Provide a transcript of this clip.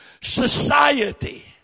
Society